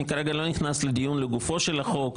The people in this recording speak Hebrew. אני כרגע לא נכנס לדיון לגופו של החוק,